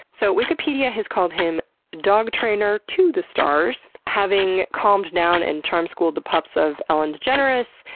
so, wikipedia has called him dog trainer to the stars, having calmed down and charm-schooled the pups of ellen degeneres,